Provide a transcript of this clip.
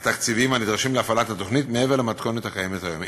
התקציביים הנדרשים להפעלת התוכנית מעבר למתכונת הקיימת היום.